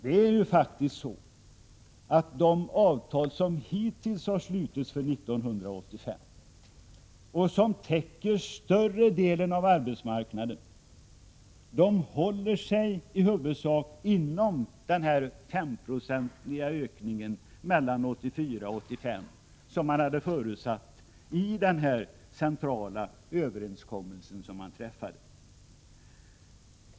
Det är faktiskt så att de avtal som hittills slutits för 1985 och som täcker större delen av arbetsmarknaden i huvudsak håller sig inom ramen för en 5-procentig ökning mellan 1984 och 1985 som förutsattes när den centrala överenskommelsen träffades.